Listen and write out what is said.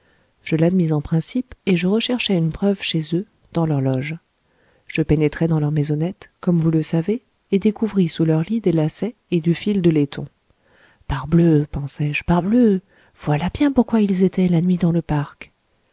je l'admis en principe et je recherchai une preuve chez eux dans leur loge je pénétrai dans leur maisonnette comme vous le savez et découvris sous leur lit des lacets et du fil de laiton parbleu pensai-je parbleu voilà bien pourquoi ils étaient la nuit dans le parc